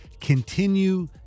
continue